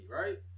right